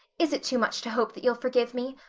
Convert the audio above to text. is it too much to hope that you'll forgive me?